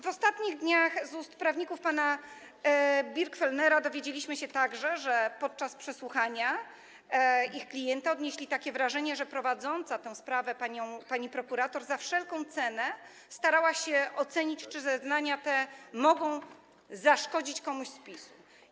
W ostatnich dniach z ust prawników pana Birgfellnera dowiedzieliśmy się także, że podczas przesłuchania ich klienta odnieśli takie wrażenie, że prowadząca tę sprawę pani prokurator za wszelką cenę starała się ocenić, czy zeznania te mogą zaszkodzić komuś z PiS-u.